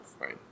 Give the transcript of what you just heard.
Right